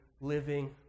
living